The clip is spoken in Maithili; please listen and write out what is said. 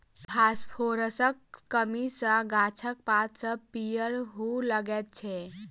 फासफोरसक कमी सॅ गाछक पात सभ पीयर हुअ लगैत छै